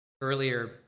Earlier